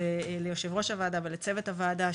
ליושב-ראש הוועדה ולצוות הוועדה,